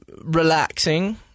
relaxing